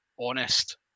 honest